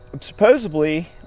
supposedly